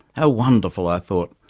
how wonderful, i thought,